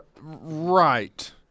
Right